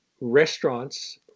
restaurants